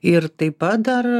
ir taip pat dar